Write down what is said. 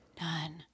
None